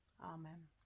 Amen